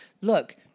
look